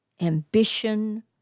ambition